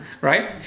right